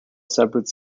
separate